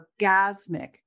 orgasmic